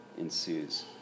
ensues